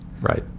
Right